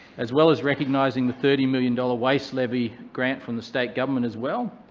as well as recognising the thirty million dollars waste levy grant from the state government as well